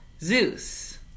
Zeus